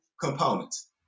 components